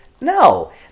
No